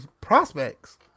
prospects